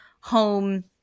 home